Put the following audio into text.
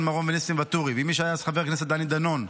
מרום וניסים ואטורי ועם מי שהיה אז חבר הכנסת דני דנון,